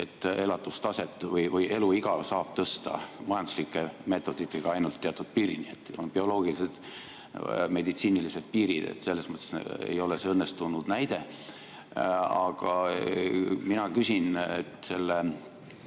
et elatustaset või eluiga saab tõsta majanduslike meetoditega ainult teatud piirini. On bioloogilised ja meditsiinilised piirid. Selles mõttes ei ole see õnnestunud näide. Aga mina küsin selle